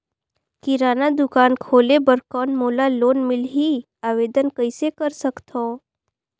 किराना दुकान खोले बर कौन मोला लोन मिलही? आवेदन कइसे कर सकथव?